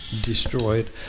destroyed